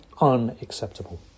unacceptable